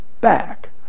back